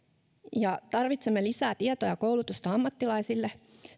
tarvitsemme lisää tietoa ja koulutusta ammattilaisille